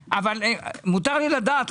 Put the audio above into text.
מותר לי לדעת,